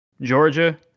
Georgia